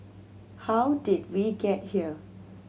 how did we get here